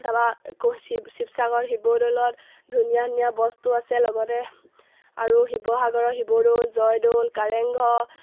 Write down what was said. তাৰপৰা আকৌ শিৱ শিৱসাগৰ শিৱদৌলত ধুনীয়া ধুনীয়া বস্তু আছে লগতে আৰু শিৱসাগৰৰ শিৱদৌল জয়দৌল কাৰেংঘৰ